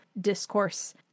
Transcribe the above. discourse